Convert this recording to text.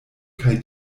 kaj